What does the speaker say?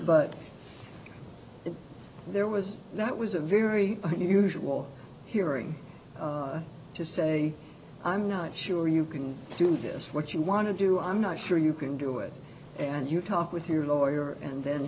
but there was that was a very unusual hearing to say i'm not sure you can do this what you want to do i'm not sure you can do it and you talk with your lawyer and